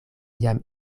jam